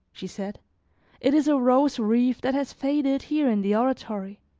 she said it is a rose wreath that has faded here in the oratory